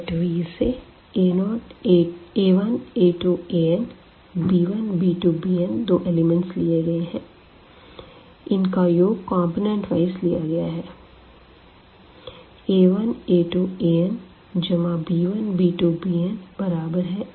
set Vसे a1a2an b1b2bnदो elements लिए गए है इनका योग कॉम्पोनेन्ट वाइज लिया गया है